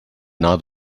not